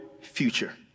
future